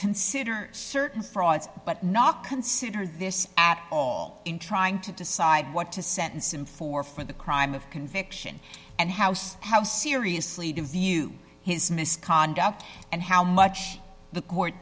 consider certain frauds but not consider this at all in trying to decide what to sentence him for for the crime of conviction and house how seriously to view his misconduct and how much the court